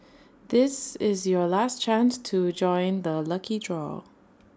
this is your last chance to join the lucky draw